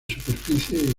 superficie